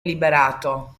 liberato